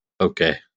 okay